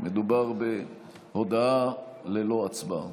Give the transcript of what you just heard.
מדובר בהודעה ללא הצבעה.